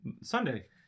Sunday